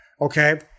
okay